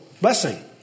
blessing